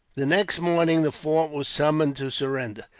the next morning, the fort was summoned to surrender.